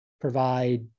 provide